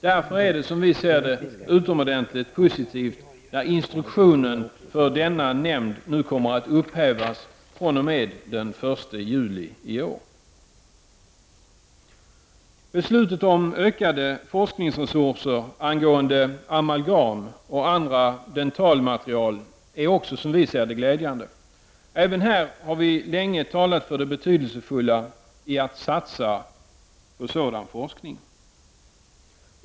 Därför är det utomordentligt positivt att instruktionen för denna nämnd kommer att upphävas fr.o.m.den 1 juli i år. Beslutet om ökade forskningsresurser angående amalgam och andra dentalmaterial anser vi också vara glädjande. Även här har vi länge talat för det betydelsefulla i att satsa på sådan forskning.